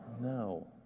No